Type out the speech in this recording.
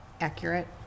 accurate